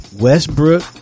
Westbrook